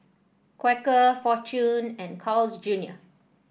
Quaker Fortune and Carl's Junior